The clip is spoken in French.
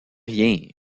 rien